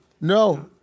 No